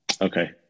Okay